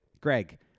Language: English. Greg